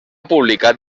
publicat